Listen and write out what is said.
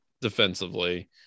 defensively